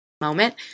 moment